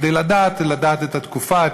כדי לדעת את התקופה,